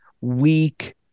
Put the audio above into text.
weak